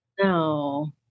No